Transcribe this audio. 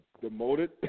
demoted